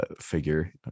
figure